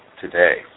today